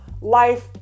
life